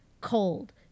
cold